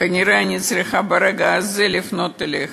כנראה אני צריכה ברגע הזה לפנות אליך,